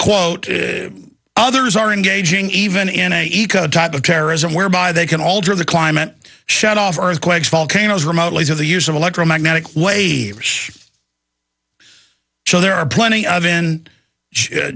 quote others are engaging even in a type of terrorism whereby they can alter the climate shut off earthquakes volcanoes remotely through the use of electromagnetic waves so there are plenty of in